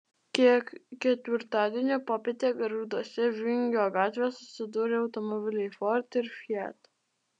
ketvirtadienio popietę gargžduose vingio gatvėje susidūrė automobiliai ford ir fiat